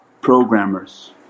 programmers